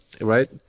right